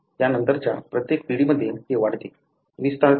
त्यानंतरच्या प्रत्येक पिढीमध्ये ते वाढते विस्तारते